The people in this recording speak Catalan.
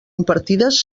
impartides